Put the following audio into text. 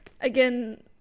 Again